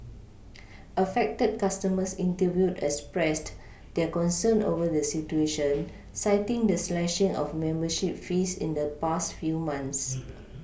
affected customers interviewed expressed their concern over the situation citing the slashing of membership fees in the past few months